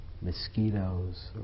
mosquitoes